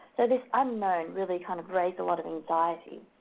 so this unknown really kind of raised a lot of anxiety.